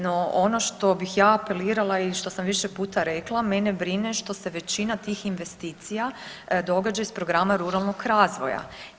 No, ono što bih ja apelirala i što sam više puta rekla, mene brine što se većina tih investicija događa iz programa ruralnog razvoja.